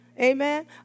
Amen